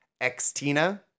ex-Tina